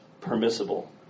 permissible